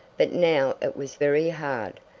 but now it was very hard,